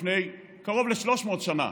לפני קרוב ל-300 שנה,